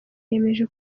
yiyemeje